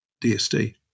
DSD